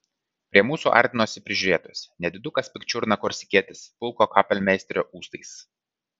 prie mūsų artinosi prižiūrėtojas nedidukas pikčiurna korsikietis pulko kapelmeisterio ūsais